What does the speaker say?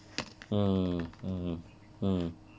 mm mm mm